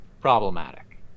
problematic